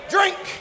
Drink